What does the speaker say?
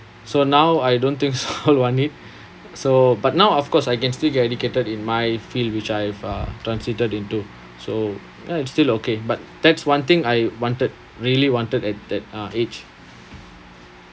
so now I don't think so I need so but now of course I can still get educated in my field which I've uh transited into so now it's still okay but that's one thing I wanted really wanted at that uh age